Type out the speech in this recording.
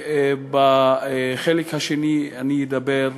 בחלק השני אני אדבר,